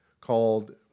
called